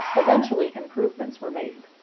eventually improvements were made.